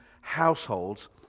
households